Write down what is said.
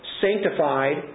sanctified